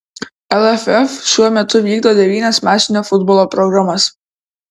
lff šiuo metu vykdo devynias masinio futbolo programas